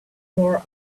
wore